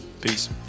Peace